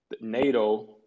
NATO